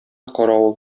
каравыл